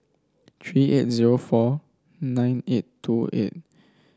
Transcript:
three eight zero four nine eight two eight